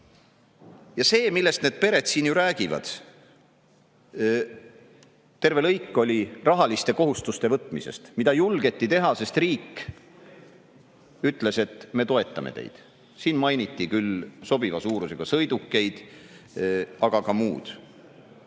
Ja see, millest need pered siin räägivad – terve lõik oli rahaliste kohustuste võtmisest, mida julgeti teha, sest riik ütles, et me toetame teid. Siin mainiti nii sobiva suurusega sõidukeid kui ka muud.